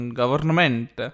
government